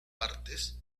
partes